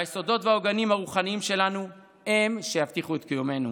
היסודות והעוגנים הרוחניים שלנו הם שיבטיחו את קיומנו,